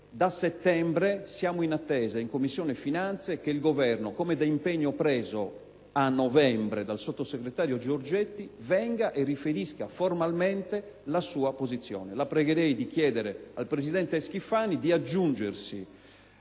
da settembre siamo in attesa, in Commissione finanze, che il Governo, come da impegno preso a novembre dal sottosegretario Giorgetti, venga per riferire formalmente la sua posizione. Signor Presidente, la prego di chiedere al presidente Schifani di aggiungersi